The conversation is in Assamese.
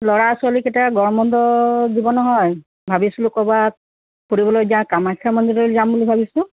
ল'ৰা ছোৱালীকিতা গৰম বন্ধ দিব নহয় ভাবিছিলো ক'ৰবাত ফুৰিবলৈ যাওঁ কামাখ্যা মন্দিৰেই যাম বুলি ভাবিছোঁ